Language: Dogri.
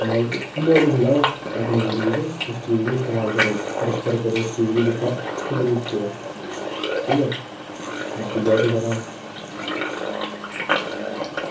नॉलेज लैओ ते अपनी जिन्दगी च उस चीज गी इस्तेमाल करो परसपर करो जित्थै जरूरत प'वै ठीक ऐ बाकी जै सीता राम